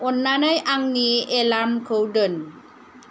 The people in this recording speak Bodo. अन्नानै आंनि एलार्मखौ दोन